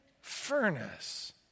furnace